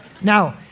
now